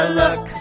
look